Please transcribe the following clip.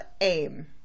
aim